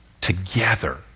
together